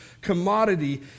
commodity